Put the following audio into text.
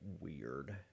weird